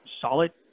solid